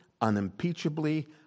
unimpeachably